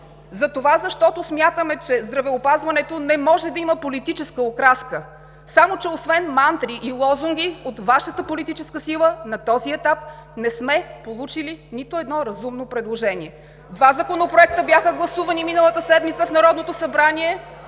затова защото смятаме, че здравеопазването не може да има политическа окраска, само че освен мантри и лозунги от Вашата политическа сила на този етап не сме получили нито едно разумно предложение! (Шум и реплики.) Два законопроекта бяха гласувани миналата седмица в Народното събрание.